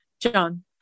john